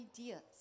ideas